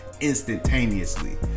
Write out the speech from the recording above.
instantaneously